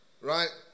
right